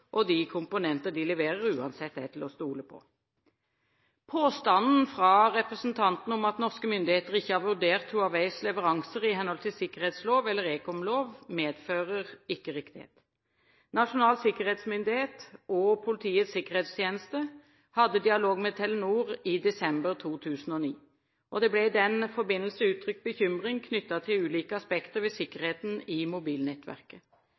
og de komponenter som leveres, uansett leverandørerer. Påstanden fra representanten om at norske myndigheter ikke har vurdert Huaweis leveranser i henhold til sikkerhetslov eller ekomlov, medfører ikke riktighet. Nasjonal sikkerhetsmyndighet og Politiets sikkerhetstjeneste hadde en dialog med Telenor i desember 2009. Det ble i den forbindelse uttrykt bekymring knyttet til ulike aspekter ved sikkerheten i mobilnettverket.